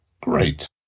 Great